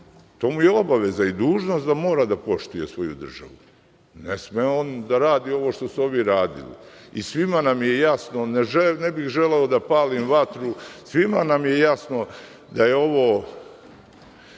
To mu je dužnost i obaveza da mora da poštuje svoju državu. Ne sme on da radi ovo što su ovi radili. I svima nam je jasno. Ne bih želeo da palim vatru. Svima nam je jasno da je ovo